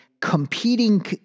competing